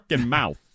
mouth